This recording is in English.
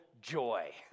joy